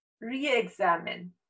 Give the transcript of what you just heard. re-examine